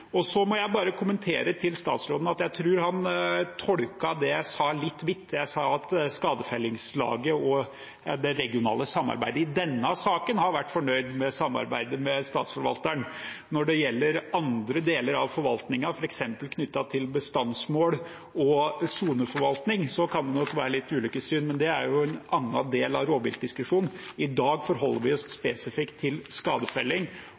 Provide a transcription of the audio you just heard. Så må jeg kommentere til statsråden at jeg tror han tolket det jeg sa, litt vidt. Jeg sa at skadefellingslaget og det regionale samarbeidet i denne saken har vært fornøyd med samarbeidet med Statsforvalteren. Når det gjelder andre deler av forvaltningen, f.eks. knyttet til bestandsmål og soneforvaltning, kan det nok være litt ulike syn, men det er en annen del av rovviltdiskusjonen. I dag forholder vi oss spesifikt til skadefelling,